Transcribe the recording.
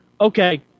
okay